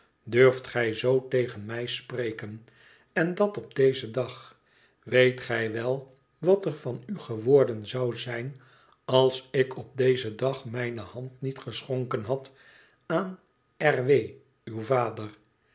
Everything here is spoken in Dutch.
durft gij z tegen mij spreken en dat op dezen dag weet gij wel wat er van a geworden zou zijn als ik op dezen dag mijne hand niet geschonken had aan r w uw vader